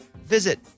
visit